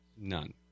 None